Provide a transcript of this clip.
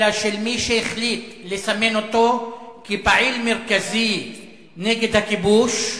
אלא של מי שהחליט לסמן אותו כפעיל מרכזי נגד הכיבוש,